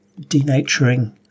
denaturing